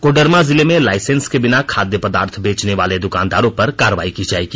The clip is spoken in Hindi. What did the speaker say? कोडरमा जिले में लाइसेंस के बिना खाद्य पदार्थ बेचने वाले दुकानदारों पर कार्रवाई की जाएगी